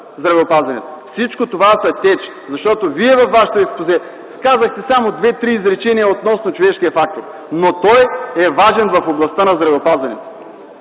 здравеопазването. Всичко това е теч, защото Вие във Вашето експозе казахте само две-три изречения относно човешкия фактор. Но той е важен в областта на здравеопазването.